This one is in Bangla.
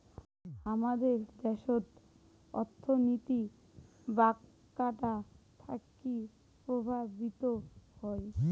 হামাদের দ্যাশোত অর্থনীতি বাঁকটা থাকি প্রভাবিত হই